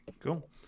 Cool